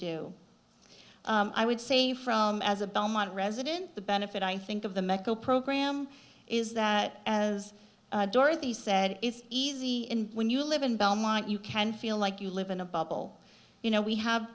do i would say from as a belmont resident the benefit i think of the meco program is that as dorothy said it's easy when you live in belmont you can feel like you live in a bubble you know we have